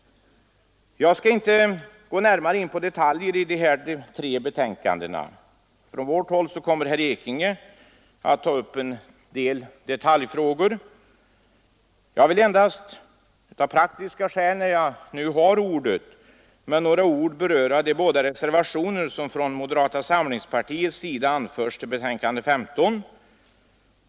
Jag skall inte gå närmare in på detaljerna i de tre betänkandena. Från vårt håll kommer herr Ekinge att ta upp en del detaljfrågor. Jag vill endast med några ord beröra de båda reservationer som från moderata samlingspartiets sida anförts till betänkandet 15.